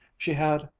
she had,